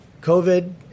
COVID